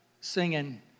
singing